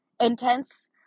intense